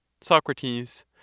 Socrates